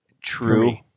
True